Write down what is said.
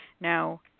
Now